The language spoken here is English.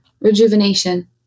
rejuvenation